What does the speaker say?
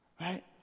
right